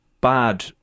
bad